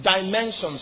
dimensions